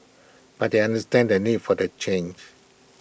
but they understand the need for the change